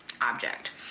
object